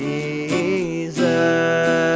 Jesus